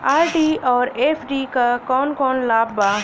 RD और FD क कौन कौन लाभ बा?